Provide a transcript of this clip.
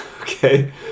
Okay